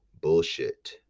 bullshit